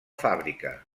fàbrica